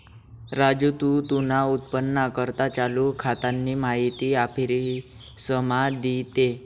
राजू तू तुना उत्पन्नना करता चालू खातानी माहिती आफिसमा दी दे